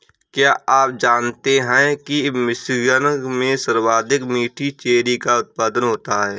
क्या आप जानते हैं कि मिशिगन में सर्वाधिक मीठी चेरी का उत्पादन होता है?